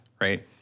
Right